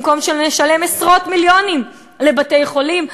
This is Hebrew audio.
במקום שנשלם עשרות-מיליונים לבתי-חולים,